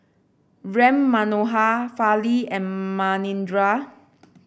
Ram Manohar Fali and Manindra